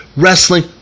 wrestling